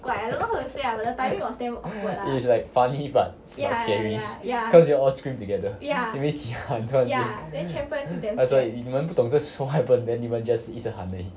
is like funny but scary cause you all scream together 你们一起喊 is like 你们不懂 what happened then 你们 just 一直喊而已